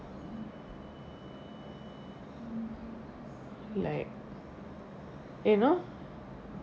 like you know